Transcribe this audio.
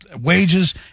Wages